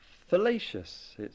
fallacious